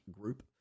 group